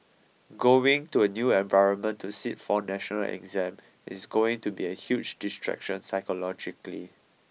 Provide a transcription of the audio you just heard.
going to a new environment to sit for a national exam is going to be a huge distraction psychologically